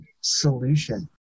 solution